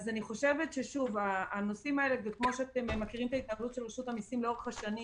אז כמו שאתם מכירים את ההתנהלות של רשות המיסים לאורך השנים,